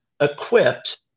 equipped